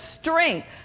strength